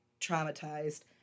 traumatized